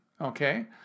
okay